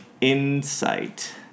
insight